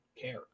care